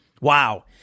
Wow